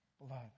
blood